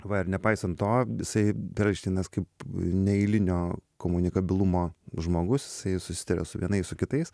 va ir nepaisant to jisai perelšteinas kaip neeilinio komunikabilumo žmogus susitaria su vienais su kitais